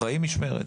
אחראי משמרת,